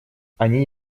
они